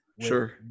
Sure